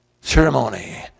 ceremony